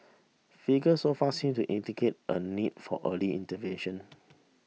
figures so far seem to indicate a need for early intervention